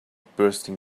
bursting